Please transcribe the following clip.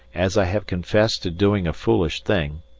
as i have confessed to doing a foolish thing,